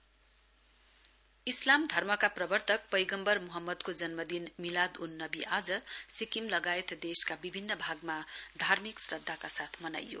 मिलाद उन नवी इस्लाम धर्मका प्रवर्तक पैगम्वर मोहम्मदको जन्मदिन मिलाद उन नवी आज सिक्किम लगायत देशका विभिन्न भागमा धार्मिक श्रध्दाका साथ मनाइयो